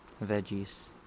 veggies